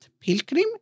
Pilgrim